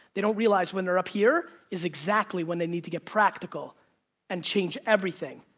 they don't realize when they're up here, is exactly when they need to get practical and change everything,